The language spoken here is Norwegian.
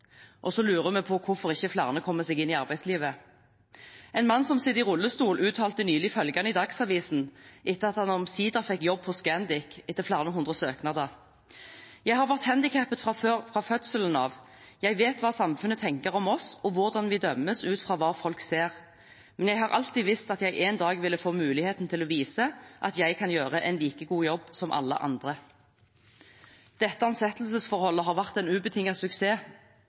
og så lurer vi på hvorfor ikke flere kommer seg inn i arbeidslivet. En mann som sitter i rullestol, uttalte nylig følgende i Dagsavisen, etter at han omsider fikk jobb på Scandic etter flere hundre søknader: «Jeg har vært handikappet fra fødselen av, jeg vet hva samfunnet tenker om oss og hvordan vi dømmes ut fra hva folk ser. Men jeg har alltid visst at jeg en dag ville få muligheten til å vise at jeg kan gjøre en like god jobb som alle andre.» Dette ansettelsesforholdet har vært en ubetinget suksess.